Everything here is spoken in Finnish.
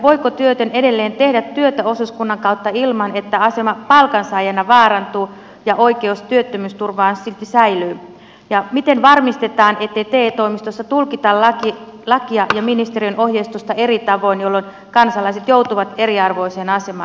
voiko työtön edelleen tehdä työtä osuuskunnan kautta ilman että asema palkansaajana vaarantuu ja oikeus työttömyysturvaan silti säilyy ja miten varmistetaan ettei te toimistoissa tulkita lakia ja ministeriön ohjeistusta eri tavoin jolloin kansalaiset joutuvat eriarvoiseen asemaan